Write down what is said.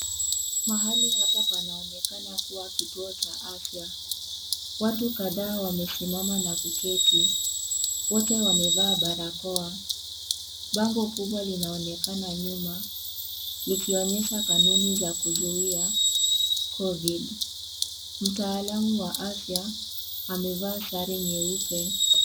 Mahali hapa panaonekana kituo cha afya, watu kadhaa wamesimama na kuketi, wote wamevaa barakoa bango kubwa linaonekana nyuma likionyesha kanuni za kuzuia COVID , mtaalamu wa afya amevaa sare nyeupe.